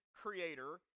creator